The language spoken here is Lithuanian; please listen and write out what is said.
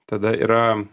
tada yra